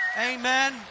Amen